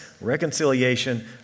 reconciliation